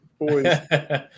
boys